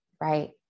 right